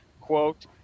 quote